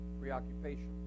preoccupation